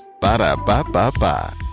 Ba-da-ba-ba-ba